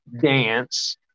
dance